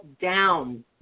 down